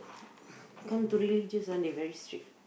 come to religious ah they very strict